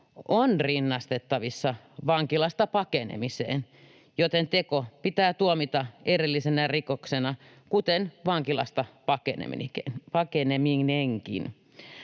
on rinnastettavissa vankilasta pakenemiseen, joten teko pitää tuomita erillisenä rikoksena kuten vankilasta pakeneminenkin.